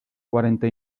cuarenta